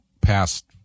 past